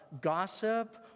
gossip